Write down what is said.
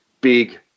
big